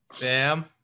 Bam